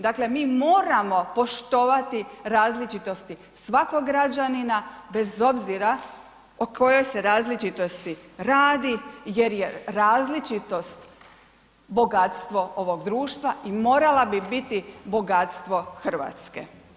Dakle, mi moramo poštovati različitosti svakog građanina bez obzira o kojoj se različitosti radi jer je različitost bogatstvo ovog društva i morala bi biti bogatstvo Hrvatske.